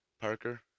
Parker